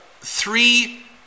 three